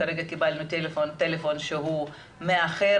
קיבלנו כרגע טלפון שהוא מאחר,